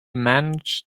managed